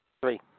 Three